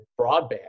broadband